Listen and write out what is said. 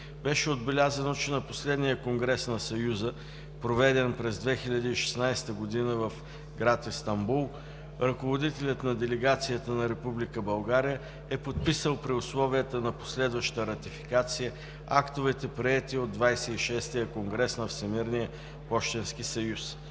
Беше отбелязано, че на последния конгрес на Съюза, проведен през 2016 г. в град Истанбул, ръководителят на делегацията на Република България е подписал при условията на последваща ратификация актовете, приети от XXVI конгрес на Всемирния пощенски съюз.